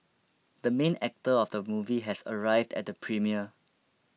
the main actor of the movie has arrived at the premiere